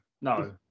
no